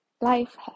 life